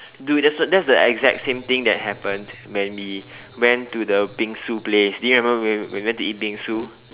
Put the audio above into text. dude that's the that's the exact same thing that happened when we went to the bingsu place do you remember when we when we went to eat bingsu